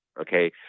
okay